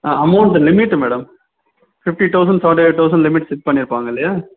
ah amount limit madam fifty thousand seventy eight thousand limit fix பண்ணியிருப்பாங்கல்லையா